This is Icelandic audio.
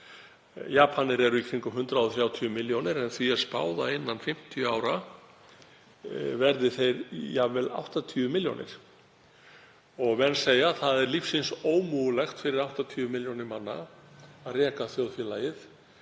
Japanir eru í kringum 130 milljónir en því er spáð að innan 50 ára verði þeir jafnvel 80 milljónir og menn segja: Það er lífsins ómögulegt fyrir 80 milljónir manna að reka þjóðfélagið